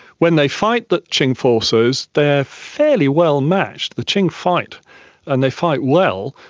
when they fight the qing forces, they are a fairly well matched. the qing fight and they fight well,